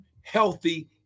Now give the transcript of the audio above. healthy